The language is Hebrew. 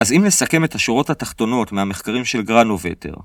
אז אם נסכם את השורות התחתונות מהמחקרים של גרנובטר